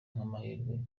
nk’amahirwe